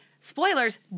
spoilers